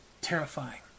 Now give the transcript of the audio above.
Terrifying